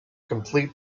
complete